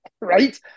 right